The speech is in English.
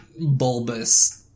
bulbous